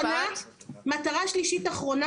מטרה שלישית אחרונה,